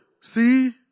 see